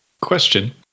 Question